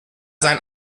sein